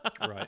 right